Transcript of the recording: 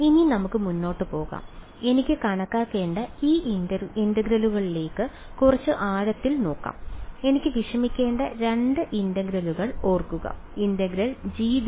ഇനി നമുക്ക് മുന്നോട്ട് പോകാം എനിക്ക് കണക്കാക്കേണ്ട ഈ ഇന്റഗ്രലുകളിലേക്ക് കുറച്ച് ആഴത്തിൽ നോക്കാം എനിക്ക് വിഷമിക്കേണ്ട 2 ഇന്റഗ്രലുകൾ ഓർക്കുക ∫gdl ഉം ∫∇g